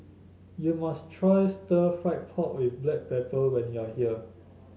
you must try Stir Fried Pork with Black Pepper when you are here